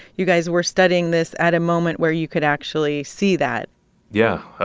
you guys were studying this at a moment where you could actually see that yeah.